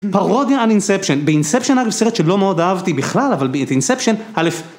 פרודיה על אינספצ'ן, ואינספצ'ן היה סרט שלא מאוד אהבתי בכלל, אבל באינספצ'ן, אלף,